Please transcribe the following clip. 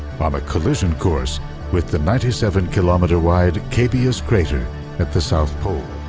um a collision course with the ninety seven kilometer wide cabeus crater at the south pole.